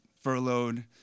furloughed